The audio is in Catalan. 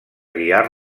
guiar